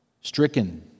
stricken